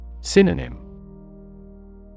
Synonym